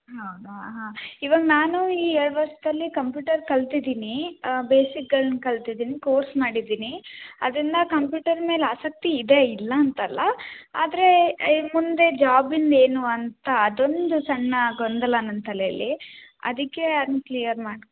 ಹೌದಾ ಹಾಂ ಇವಾಗ ನಾನು ಈ ಎರಡು ವರ್ಷದಲ್ಲಿ ಕಂಪ್ಯೂಟರ್ ಕಲ್ತಿದ್ದೀನಿ ಬೇಸಿಕ್ಗಳ್ನ ಕಲ್ತಿದ್ದೀನಿ ಕೋರ್ಸ್ ಮಾಡಿದ್ದೀನಿ ಆದ್ದರಿಂದ ಕಂಪ್ಯೂಟರ್ ಮೇಲೆ ಆಸಕ್ತಿ ಇದೆ ಇಲ್ಲ ಅಂತಲ್ಲ ಆದರೆ ಇನ್ನುಮುಂದೆ ಜಾಬಿಂದು ಏನು ಅಂತ ಅದೊಂದು ಸಣ್ಣ ಗೊಂದಲ ನನ್ನ ತಲೆಯಲ್ಲಿ ಅದಕ್ಕೆ ಅದನ್ನು ಕ್ಲಿಯರ್ ಮಾಡಿ